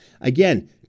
Again